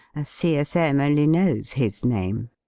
as c s m. only knows his name.